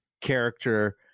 character